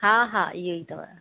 हा हा इहो ई अथव